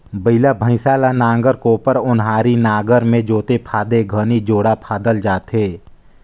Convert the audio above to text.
बइला भइसा ल नांगर, कोपर, ओन्हारी नागर मे जोते फादे घनी जोड़ा फादल जाथे